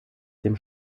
dem